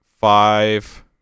five